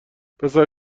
پسر